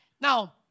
Now